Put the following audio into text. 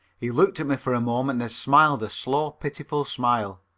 he looked at me for a moment, then smiled a slow, pitying smile.